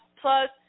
plus